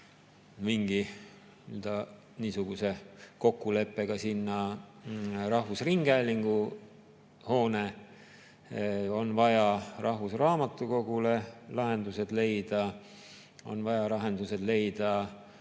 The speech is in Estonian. mingi niisuguse kokkuleppega sinna rahvusringhäälingu hoone, on vaja rahvusraamatukogule lahendused leida, on vaja lahendused leida